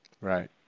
Right